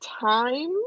time